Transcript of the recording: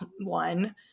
one